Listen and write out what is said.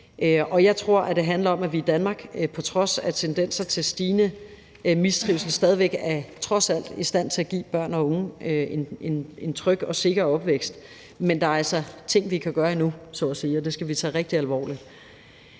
og jeg tror, at det handler om, at vi i Danmark på trods af tendenser til stigende mistrivsel stadig væk er i stand til at give børn og unge en tryg og sikker opvækst, men der er altså ting, vi så at sige endnu kan gøre, og det skal vi tage rigtig alvorligt.